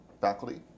faculty